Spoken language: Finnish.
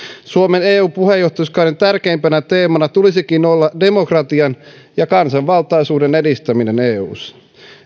suomen eu puheenjohtajuuskauden tärkeimpänä teemana tulisikin olla demokratian ja kansanvaltaisuuden edistäminen eussa